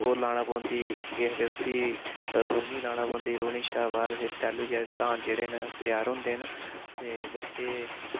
होर लानी पौंदी केह् आखदे उसी रुह्नी लानी पौंदी रुह्नी शा बाद फिर तैल्लू जे धान जेह्ड़े न त्यार होंदे न ते बच्चे